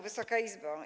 Wysoka Izbo!